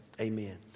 amen